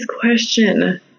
question